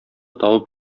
табып